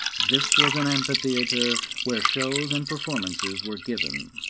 this was an amphitheatre, where shows and performances were given.